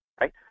right